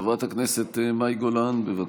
חברת הכנסת מאי גולן, בבקשה.